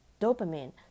dopamine